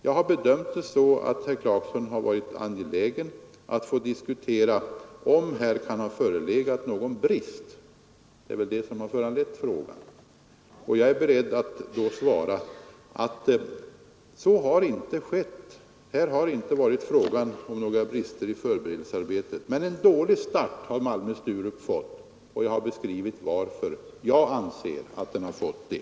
Jag har bedömt det så, att herr Clarkson har varit angelägen att få diskutera, om här kan ha förelegat någon brist — det är väl detta som har föranlett frågan — och jag är beredd att svara att så inte har varit fallet. Det har inte varit fråga om några brister i förberedelsearbetet, men en dålig start har Malmö/Sturups flygplats fått, och jag har beskrivit varför jag anser att den har fått det.